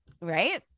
right